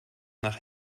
nach